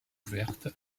ouvertes